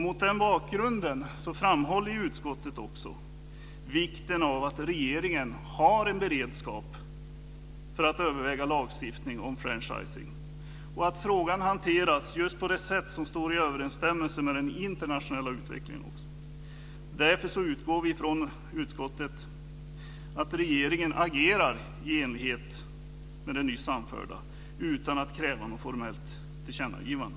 Mot den bakgrunden framhåller utskottet vikten av att regeringen har en beredskap för att överväga lagstiftning om franchising och att frågan hanteras just i överensstämmelse med den internationella utvecklingen. Därför utgår vi i utskottet från att regeringen agerar i enlighet med det nyss anförda; detta utan att kräva ett formellt tillkännagivande.